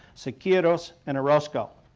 siqueiros and orozco,